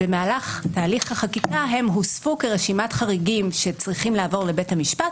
במהלך הליך החקיקה הם הוספו כרשימת חריגים שצריכים לעבור לבית המשפט,